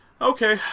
Okay